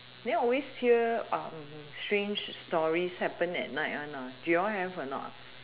then always hear strange stories happen at night one do you all have or not